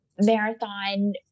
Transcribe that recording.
marathon